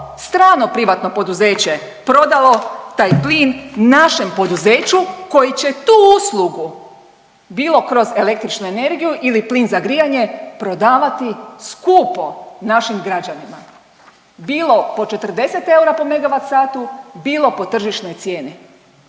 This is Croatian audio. strano privatno poduzeće prodalo taj plin našem poduzeću koji će tu uslugu bilo kroz električnu energiju ili plin za grijanje prodavati skupo našim građanima bilo po 40 eura po megavat satu, bilo po tržišnoj cijeni.